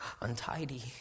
untidy